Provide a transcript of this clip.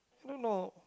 I don't know